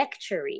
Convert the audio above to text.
lectury